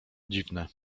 dziwne